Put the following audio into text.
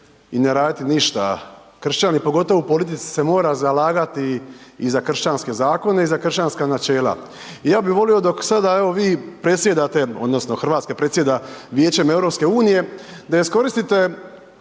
Hrvatska predsjeda Vijećem EU se založite,